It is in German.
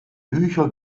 bücher